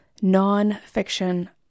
nonfiction